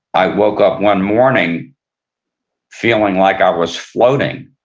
i woke up one morning feeling like i was floating.